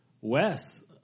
Wes